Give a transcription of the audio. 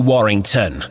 Warrington